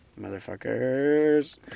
Motherfuckers